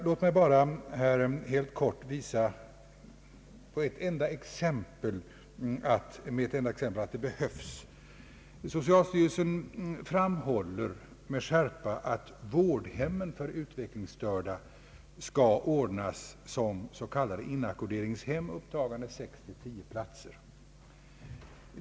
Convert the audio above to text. Låt mig bara helt kort med ett enda exempel visa att det behövs. Socialstyrelsen framhåller med skärpa att vårdhemmen för utvecklingsstörda skall ordnas som s.k. inackorderingshem, upptagande 6—10 platser.